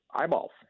Eyeballs